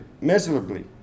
miserably